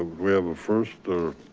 we have a first or,